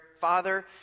Father